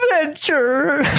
adventure